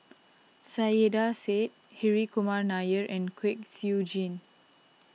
Saiedah Said Hri Kumar Nair and Kwek Siew Jin